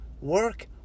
work